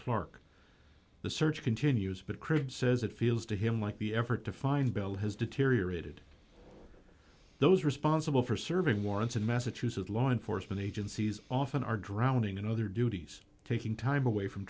clark the search continues but cribbed says it feels to him like the effort to find bell has deteriorated those responsible for serving warrants in massachusetts law enforcement agencies often are drowning in other duties taking time away from